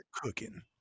cooking